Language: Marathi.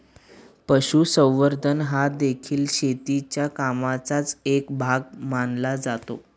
पशुसंवर्धन हादेखील शेतीच्या कामाचाच एक भाग मानला जातो